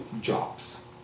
jobs